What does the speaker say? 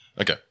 Okay